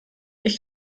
ich